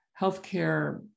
healthcare